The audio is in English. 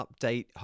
update